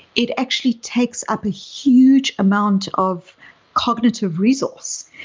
it actually takes up a huge amount of cognitive resource.